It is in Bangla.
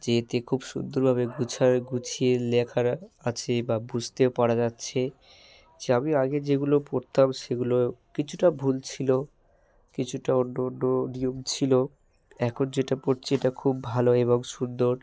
যে এতে খুব সুন্দরভাবে গুছায়ে গুছিয়ে লেখারা আছে বা বুঝতে পারা যাচ্ছে যে আমি আগে যেগুলো পড়তাম সেগুলো কিছুটা ভুল ছিলো কিছুটা অন্য অন্য নিয়ম ছিলো এখন যেটা পড়ছি এটা খুব ভালো এবং সুন্দর